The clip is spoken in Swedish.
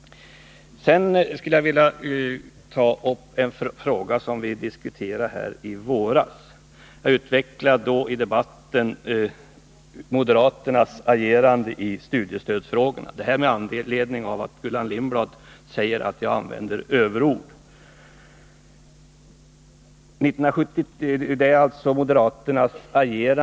Sedan skulle jag vilja ta upp den fråga som vi diskuterade i våras — Gullan Lindblad sade ju att jag använde överord. Jag utvecklade i den debatten moderaternas agerande i studiestödsfrågorna. Det gäller alltså moderaternas agerande under 1970-talet i studiestödsfrågor.